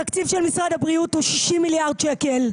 התקציב של משרד הבריאות הוא 60 מיליארד שקל,